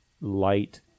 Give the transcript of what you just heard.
light